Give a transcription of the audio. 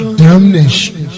damnation